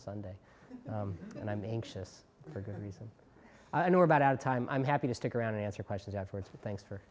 sunday and i'm anxious for good reason i know about out of time i'm happy to stick around and answer questions afterwards but thanks for